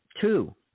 Two